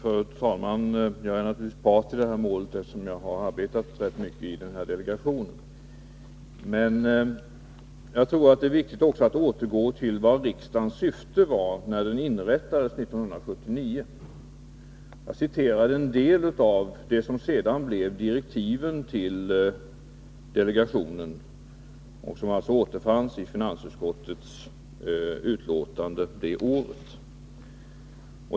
Fru talman! Jag är naturligtvis part i målet, eftersom jag arbetat rätt mycket i delegationen. Men jag tror att det är viktigt att återgå till vad riksdagens syfte var, då delegationen inrättades 1979. Jag citerade en del av det som sedan blev direktiven till delegationen och som återfanns i finansutskottets betänkande det året.